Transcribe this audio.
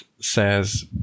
says